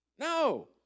No